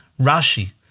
Rashi